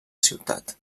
ciutat